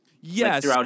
Yes